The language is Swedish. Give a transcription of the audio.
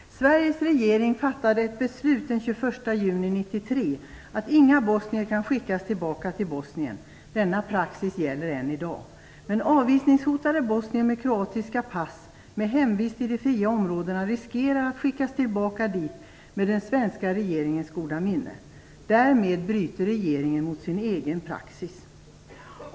Herr talman! Sveriges regering fattade ett beslut den 21 juni 1993 om att inga bosnier kan skickas tillbaka till Bosnien. Denna praxis gäller än i dag. Men avvisningshotade bosnier med kroatiska pass med hemvist i de fria områdena riskerar att skickas tillbaka dit med den svenska regeringens goda minne. Därmed bryter regeringen mot sin egen praxis.